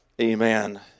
Amen